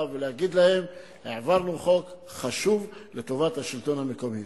ולהגיד להם: העברנו חוק חשוב לטובת השלטון המקומי.